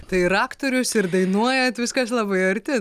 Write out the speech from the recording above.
tai ir aktorius ir dainuojat viskas labai arti